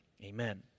Amen